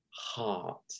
heart